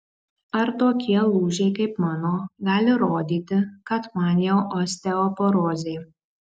ar tokie lūžiai kaip mano gali rodyti kad man jau osteoporozė